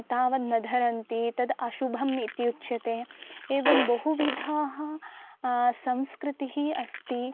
तावन्नधरन्ति तद् अशुभम् इति उच्यते एवं बहुविधाः संस्कृतयः अस्ति